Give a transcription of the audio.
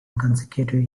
consecutive